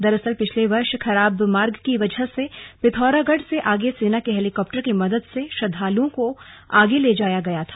दरअसल पिछले वर्ष खराब मार्ग की वजह से पिथौरागढ़ से आगे सेना के हेलिकॉप्टर की मदद से श्रद्वालुओं को आगे ले जाया गया गया था